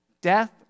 death